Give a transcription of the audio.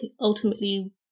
ultimately